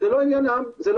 זה לא משפיע עליהם.